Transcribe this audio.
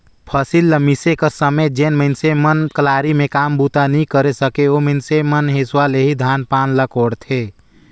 फसिल ल मिसे कर समे जेन मइनसे मन कलारी मे काम बूता नी करे सके, ओ मइनसे मन हेसुवा ले ही धान पान ल कोड़थे